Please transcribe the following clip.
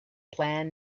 plan